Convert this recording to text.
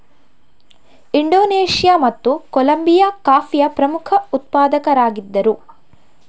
Indonesia ಮತ್ತು Colombia ಕಾಫಿಯ ಪ್ರಮುಖ ಉತ್ಪಾದಕರಾಗಿದ್ದರು